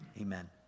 Amen